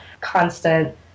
constant